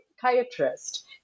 psychiatrist